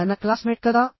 ఆయన క్లాస్మేట్ కదా